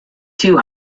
too